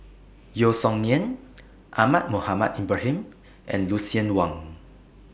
Yeo Song Nian Ahmad Mohamed Ibrahim and Lucien Wang